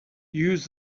use